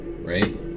Right